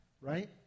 right